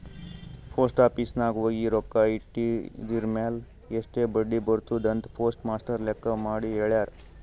post office ನಾಗ್ ಹೋಗಿ ರೊಕ್ಕಾ ಇಟ್ಟಿದಿರ್ಮ್ಯಾಲ್ ಎಸ್ಟ್ ಬಡ್ಡಿ ಬರ್ತುದ್ ಅಂತ್ ಪೋಸ್ಟ್ ಮಾಸ್ಟರ್ ಲೆಕ್ಕ ಮಾಡಿ ಹೆಳ್ಯಾರ್